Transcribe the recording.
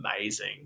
amazing